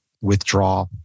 withdraw